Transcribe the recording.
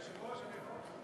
היושב-ראש, אני יכול?